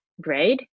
grade